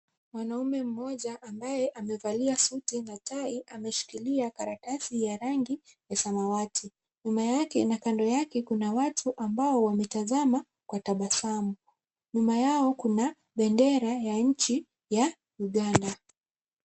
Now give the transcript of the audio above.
Mwanaume mmoja ambaye amevalia suti na tai, ameshikilia karatasi ya rangi ya samawati. Nyuma yake na kando yake, kuna watu ambao wametazama na tabasamu. Nyuma yao kuna bendera ya nchi ya Uganda.